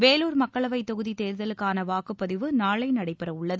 வேலூர் மக்களவைத் தொகுதி தேர்தலுக்கான வாக்குப்பதிவு நாளை நடைபெற உள்ளது